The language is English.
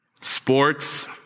Sports